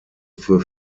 für